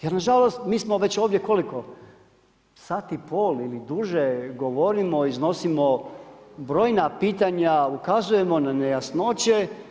Jer nažalost, mi smo već ovdje, koliko sati i pol ili duže govorimo iznosimo brojna pitanja, ukazujemo na nejasnoće.